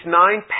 nine